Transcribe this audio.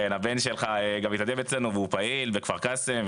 כן, הבן שלך גם מתנדב אצלנו והוא פעיל בכפר קאסם.